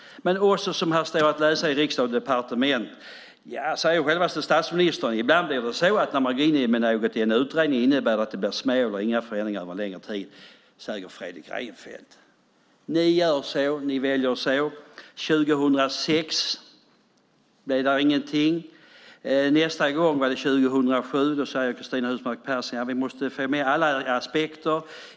Men, som också står att läsa i Riksdag & Departement, säger självaste statsministern att ibland när man går in med något i en utredning innebär det att det blir små eller inga förändringar under en längre tid. Så säger alltså Fredrik Reinfeldt. Ni gör så. Ni väljer det. År 2006 blev det ingenting. Nästa gång var det 2007, då Cristina Husmark Pehrsson sade att vi måste få med alla aspekter.